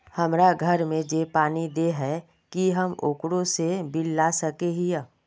हमरा घर में जे पानी दे है की हम ओकरो से बिल ला सके हिये?